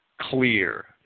clear